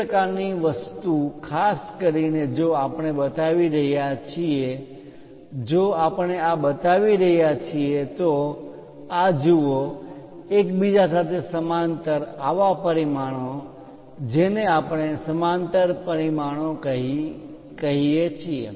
તે પ્રકારની વસ્તુ ખાસ કરીને જો આપણે બતાવી રહ્યા છીએ જો આપણે આ બતાવી રહ્યા છીએ તો આ જુઓ એકબીજા સાથે સમાંતર આવા પરિમાણો જેને આપણે સમાંતર પરિમાણો કહીએ છીએ